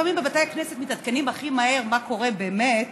לפעמים בבתי הכנסת מתעדכנים הכי מהר מה קורה באמת